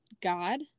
God